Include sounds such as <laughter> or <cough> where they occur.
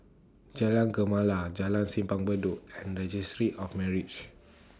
Jalan Gemala Jalan Simpang <noise> Bedok and Registry of Marriages <noise>